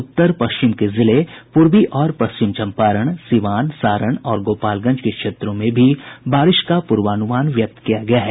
उत्तर पश्चिम के जिले पूर्वी और पश्चिम चंपारण सिवान सारण और गोपालगंज के क्षेत्रों में भी बारिश का पूर्वानुमान व्यक्त किया गया है